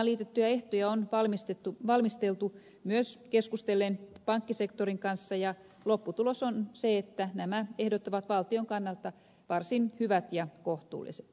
pääomalainaan liitettyjä ehtoja on valmisteltu myös keskustellen pankkisektorin kanssa ja lopputulos on se että nämä ehdot ovat valtion kannalta varsin hyvät ja kohtuulliset